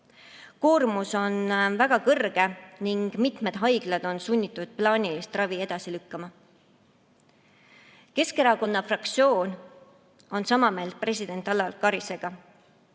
Koormus on väga kõrge ning mitmed haiglad on sunnitud plaanilist ravi edasi lükkama. Keskerakonna fraktsioon on sama meelt president Alar Karisega,